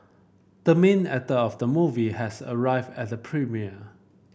the main actor of the movie has arrived at the premiere